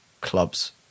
clubs